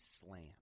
slam